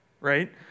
right